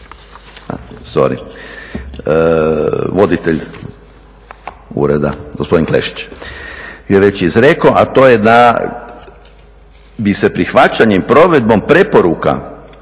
sorry, voditelj ureda gospodin Klesić, ju je već izreko, a to je da bi se prihvaćanjem i provedbom preporuka